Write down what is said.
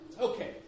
Okay